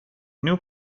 new